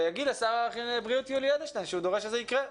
שיאמר לשר הבריאות יולי אדלשטיין שהוא דורש שזה יקרה.